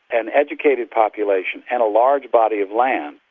an educated population and a large body of land,